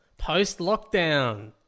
Post-lockdown